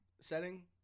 Setting